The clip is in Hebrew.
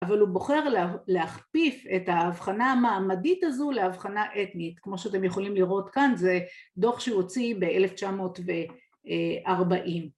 אבל הוא בוחר להכפיף את ההבחנה המעמדית הזו להבחנה אתנית, כמו שאתם יכולים לראות כאן זה דוח שהוציא ב-1940